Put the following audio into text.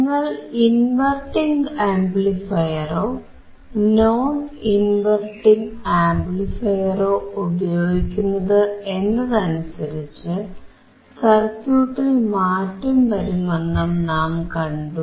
നിങ്ങൾ ഇൻവെർട്ടിംഗ് ആംപ്ലിഫയറോ non inverting ആംപ്ലിഫയറോ ഉപയോഗിക്കുന്നത് എന്നതനുസരിച്ച് സർക്യൂട്ടിൽ മാറ്റം വരുമെന്നും നാം കണ്ടു